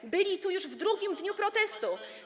Oni byli tu już w drugim dniu protestu.